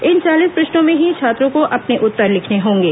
इन चालीस पृष्टों में ही छात्रों को अपने उत्तर लिखने होंगे